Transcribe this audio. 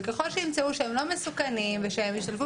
ואם ימצאו שהם לא מסוכנים והם ישתלבו